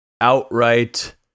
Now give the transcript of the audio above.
outright